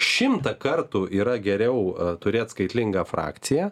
šimtą kartų yra geriau turėt skaitlingą frakciją